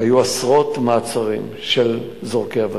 היו עשרות מעצרים של זורקי אבנים.